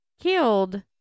Killed